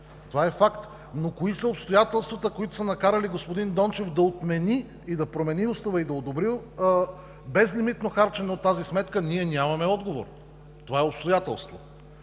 Това е факт, но кои са обстоятелствата, които са накарали господин Дончев да отмени, да промени устава и да одобри безлимитно харчене от тази сметка? Ние нямаме отговор. Това е обстоятелство.